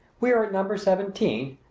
we are at number seventeen,